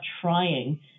trying